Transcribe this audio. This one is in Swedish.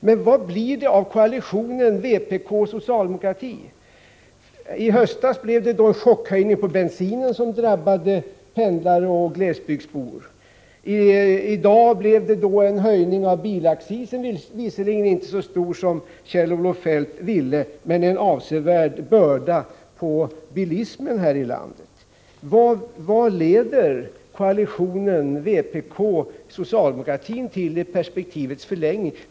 Men vad blir det av koalitionen mellan vpk och socialdemokraterna? I höstas blev det en chockhöjning av bensinen, som drabbade pendlare och glesbygdsbor. I dag blev det en höjning av bilaccisen — visserligen inte så stor som Kjell-Olof Feldt ville, men den utgör ändå en avsevärd börda för bilismen här i landet. Vad leder koalitionen mellan vpk och socialdemokraterna till i perspektivets förlängning?